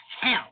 hell